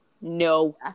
No